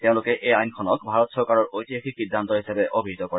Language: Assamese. তেওঁলোকে এই আইনখনক ভাৰত চৰকাৰৰ ঐতিহাসিক সিদ্ধান্ত হিচাপে অভিহিত কৰে